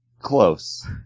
Close